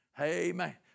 Amen